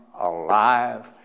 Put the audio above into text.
alive